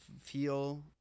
feel